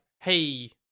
hey